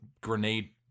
grenade